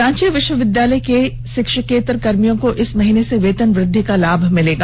रांची विष्वविद्यालय के षिक्षकेतर कर्मियों को इसी महीने से वेतन वृद्धि का लाभ मिलने लगेगा